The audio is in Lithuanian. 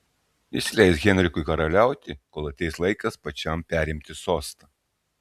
jis leis henrikui karaliauti kol ateis laikas pačiam perimti sostą